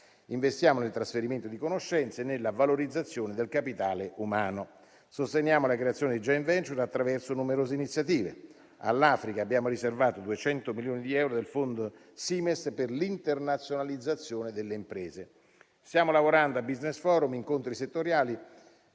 Investiamo nel trasferimento di conoscenze e nella valorizzazione del capitale umano, sostenendo la creazione di *joint venture* attraverso numerose iniziative. All'Africa abbiamo riservato 200 milioni di euro del fondo Simest per l'internazionalizzazione delle imprese. Stiamo lavorando al Business Forum, con incontri settoriali